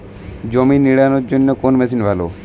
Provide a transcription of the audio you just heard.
জমি নিড়ানোর জন্য কোন মেশিন ভালো?